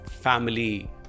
family